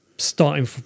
starting